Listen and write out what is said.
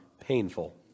painful